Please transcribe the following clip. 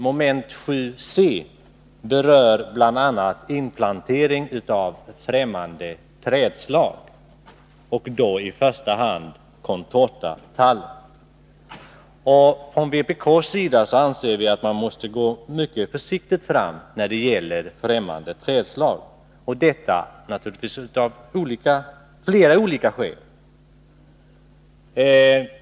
Mom. 7c berör bl.a. inplantering av främmande trädslag, i första hand contortatallen. Från vpk:s sida anser vi att man måste gå mycket mer försiktigt fram när det gäller främmande trädslag, och detta av flera olika skäl.